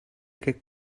aquest